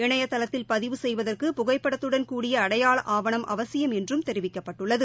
இணையதளத்தில் பதிவு செய்வதற்கு புகைப்படத்தடன் கூடிய அடையாள ஆவணம் அவசியம் என்றும் தெரிவிக்கப்பட்டுள்ளது